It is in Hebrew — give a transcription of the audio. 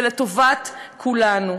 זה לטובת כולנו.